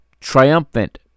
triumphant